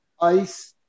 Ice